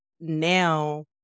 now